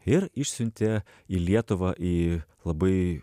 ir išsiuntė į lietuvą į labai